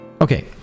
Okay